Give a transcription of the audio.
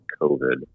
COVID